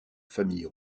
famille